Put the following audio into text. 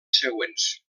següents